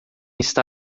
está